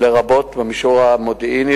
לרבות במישור המודיעיני,